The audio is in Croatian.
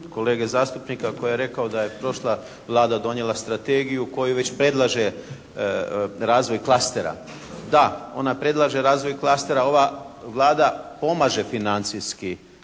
kolege zastupnika koji je rekao da je prošla Vlada donijela strategiju koju već predlaže razvoj klastera. Da, ona predlaže razvoj klastera, ova Vlada pomaže financijski